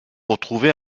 retrouvées